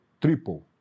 triple